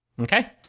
Okay